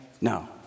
No